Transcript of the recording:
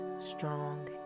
strong